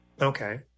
Okay